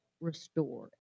restore